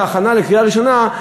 בהכנה לקריאה ראשונה,